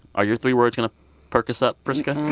are your three words going to perk us up, priska?